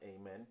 amen